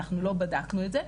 אנחנו לא בדקנו את זה,